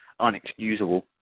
unexcusable